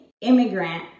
immigrant